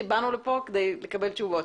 באנו לכאן כדי לקבל תשובות.